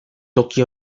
toki